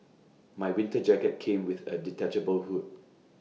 my winter jacket came with A detachable hood